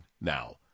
now